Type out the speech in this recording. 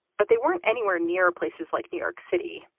but they weren't anywhere near places like new york city,